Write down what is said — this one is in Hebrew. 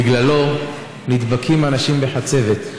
בגללו נדבקים אנשים בחצבת.